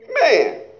Man